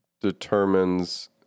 determines